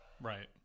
right